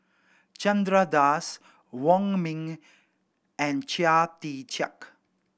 Chandra Das Wong Ming and Chia Tee Chiak